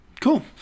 Cool